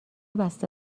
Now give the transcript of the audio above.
بسته